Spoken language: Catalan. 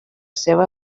seva